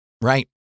Right